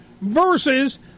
versus